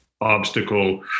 obstacle